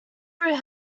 through